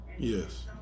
Yes